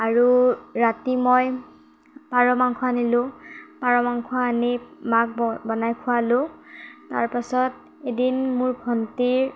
আৰু ৰাতি মই পাৰ মাংস আনিলোঁ পাৰ মাংস আনি মাক বনাই খুৱালোঁ তাৰপাছত এদিন মোৰ ভণ্টিৰ